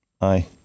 aye